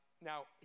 Now